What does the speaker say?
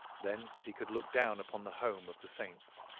thence he could look down upon the home of the saints.